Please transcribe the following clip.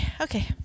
okay